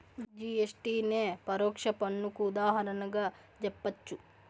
GST నే పరోక్ష పన్నుకు ఉదాహరణగా జెప్పచ్చు